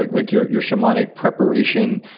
like like your your shamanic preparation,